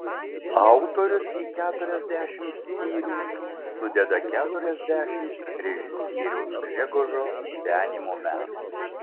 autorius į keturiasdešimt skyrių sudeda keturiasdešimt režisieriaus gžegožo gyvenimo metų